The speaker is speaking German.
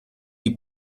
die